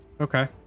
Okay